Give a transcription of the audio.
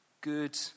good